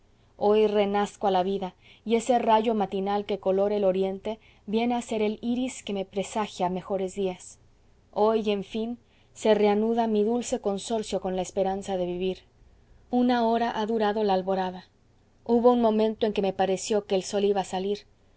hoy renazco a la vida y ese rayo matinal que colora el oriente viene a ser el iris que me presagia mejores días hoy en fin se reanuda mi dulce consorcio con la esperanza de vivir una hora ha durado la alborada hubo un momento en que me pareció que el sol iba a salir